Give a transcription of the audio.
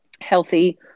healthy